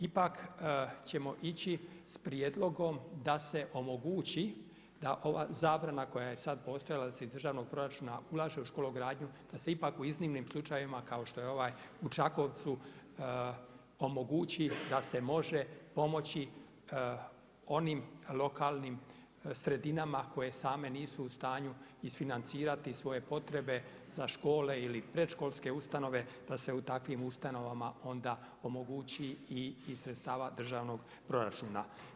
Ipak ćemo ići sa prijedlogom da se omogući da se ova zabrana koja je sad postojala, da se iz državnog proračuna ulaže u škologradnju, da se ipak u iznimnim slučajevima kao što je ovaj u Čakovcu omogući da se može pomoći onim lokalnim sredinama koje same nisu u stanju isfinancirati svoje potrebe za škole ili predškolske ustanove, da se u takvim ustanovama onda omogući i iz sredstava državnog proračuna.